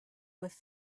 with